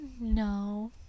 no